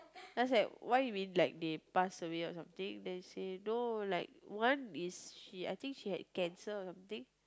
then I said why you mean like they passed away or something then say no like one is she I think she had cancer or something